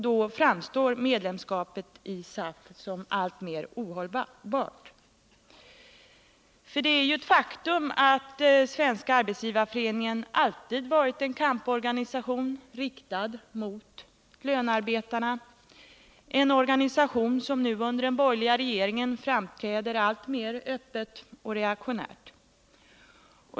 Då framstår medlemskapet i SAF som alltmer ohållbart. Det är ett faktum att Svenska arbetsgivareföreningen alltid har varit en kamporganisation riktad mot lönearbetarna, en organisation som nu under den borgerliga regeringen framträder alltmer öppet och reaktionärt.